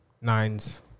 Nines